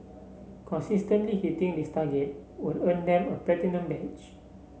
consistently hitting this target will earn them a platinum badge